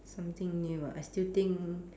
something new ah I still think